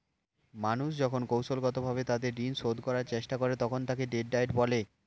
মানুষ যখন কৌশলগতভাবে তাদের ঋণ শোধ করার চেষ্টা করে, তখন তাকে ডেট ডায়েট বলে